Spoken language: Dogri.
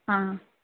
आं